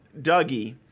Dougie